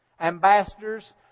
Ambassadors